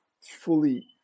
fully